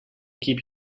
keep